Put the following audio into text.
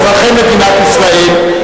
אזרחי מדינת ישראל,